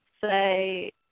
say